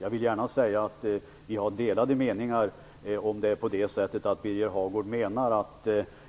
Jag vill gärna säga att vi har delade meningar om det är så att Birger Hagård menar att